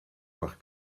voir